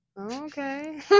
Okay